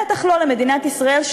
בטח לא למדינת ישראל,